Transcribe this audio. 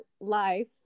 life